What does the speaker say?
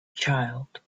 child